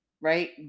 right